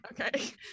Okay